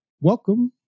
welcome